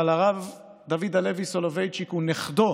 אבל הרב דוד הלוי סולובייצ'יק הוא נכדו